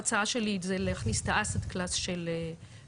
ההצעה שלי היא להכניס את ה-asset class של קרנות